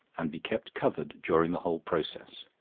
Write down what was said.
and be kept covered during the whole process